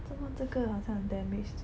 做莫这个好像有 damage 这样